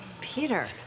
Peter